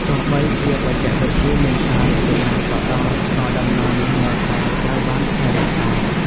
ទោះបីជាបច្ចេកវិទ្យាមានការរីកចម្រើនក៏ដោយ ក៏ដំណើរនេះនៅតែត្រូវបានថែរក្សា។